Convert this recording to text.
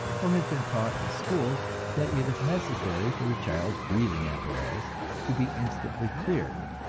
or has been taught in the schools that it is necessary for the child's breathing apparatus to be instantly cleared.